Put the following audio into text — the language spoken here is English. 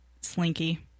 Slinky